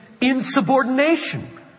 insubordination